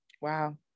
wow